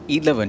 11